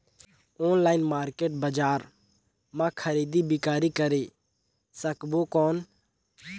Online market बजार मां खरीदी बीकरी करे सकबो कौन?